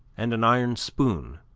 and an iron spoon.